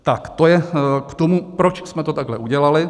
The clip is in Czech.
Tak to je k tomu, proč jsme to takhle udělali.